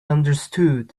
understood